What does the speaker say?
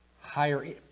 higher